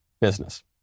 business